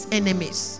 enemies